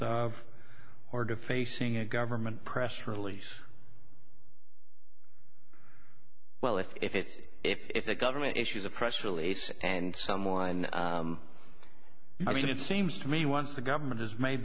of or defacing a government press release well if if it's if the government issues a press release and someone i mean it seems to me once the government has made